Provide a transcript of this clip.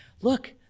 look